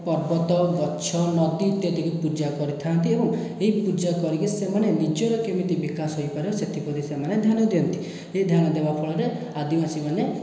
ପର୍ବତ ଗଛ ନଦୀ ଇତ୍ୟାଦିକୁ ପୂଜା କରିଥାନ୍ତି ଏବଂ ଏହି ପୂଜା କରିକି ସେମାନେ ନିଜର କେମିତି ବିକାଶ ହୋଇପାରିବ ସେଥିପ୍ରତି ସେମାନେ ଧ୍ୟାନ ଦିଅନ୍ତି ଏହି ଧ୍ୟାନ ଦେବା ଫଳରେ ଆଦିବାସୀମାନେ